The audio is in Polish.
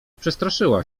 przestraszyła